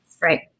right